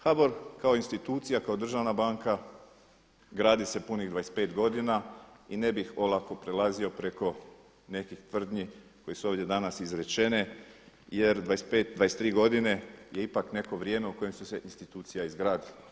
HBOR kao institucija, kao državna banka gradi se punih 25 godina i ne bih olako prelazio preko nekih tvrdnji koje su ovdje danas izrečene jer 23 godine je ipak neko vrijeme u kojem su se institucije izgradile.